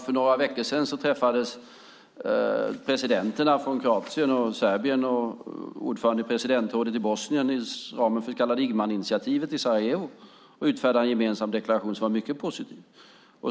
För några veckor sedan träffades presidenterna från Kroatien och Serbien samt ordföranden i presidentrådet i Bosnien inom ramen för det så kallade Igmaninitiativet i Sarajevo och utfärdade en gemensam deklaration som var mycket positiv.